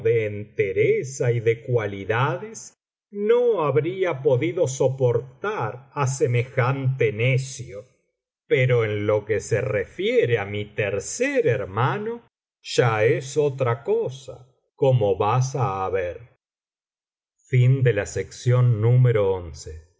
entereza y de cualidades no habría podido soportar á semejante necio pero en lo que se refiere á mi tercer hermano ya es otra cosa como vas á ver biblioteca valenciana generalitat valenciana índice